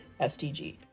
SDG